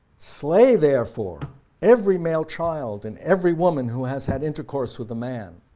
slay therefore every male child and every woman who has had intercourse with a man,